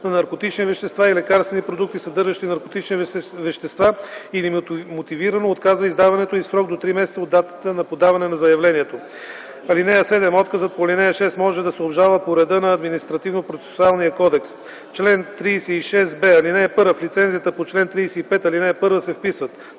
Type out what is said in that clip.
на наркотични вещества и лекарствени продукти, съдържащи наркотични вещества, или мотивирано отказва издаването й в срок до три месеца от датата на подаване на заявлението. (7) Отказът по ал. 6 може да се обжалва по реда на Административнопроцесуалния кодекс. Чл. 36б. (1) В лицензията по чл. 35, ал. 1 се вписват: